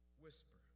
whisper